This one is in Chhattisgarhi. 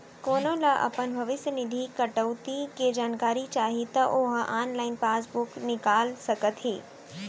कोनो ल अपन भविस्य निधि कटउती के जानकारी चाही त ओ ह ऑनलाइन पासबूक निकाल सकत हे